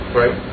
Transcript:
right